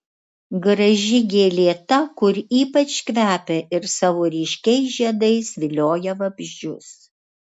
graži gėlė ta kur ypač kvepia ir savo ryškiais žiedais vilioja vabzdžius